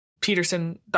Peterson